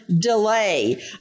delay